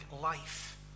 life